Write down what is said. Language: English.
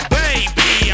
baby